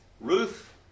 Ruth